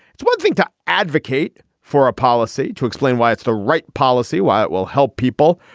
it's one thing to advocate for a policy to explain why it's the right policy while it will help people.